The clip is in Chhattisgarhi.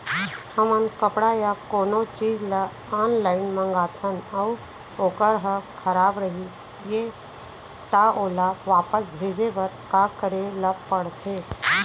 हमन कपड़ा या कोनो चीज ल ऑनलाइन मँगाथन अऊ वोकर ह खराब रहिये ता ओला वापस भेजे बर का करे ल पढ़थे?